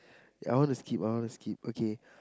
ya I wanna skip I wanna skip okay